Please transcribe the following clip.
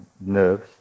nerves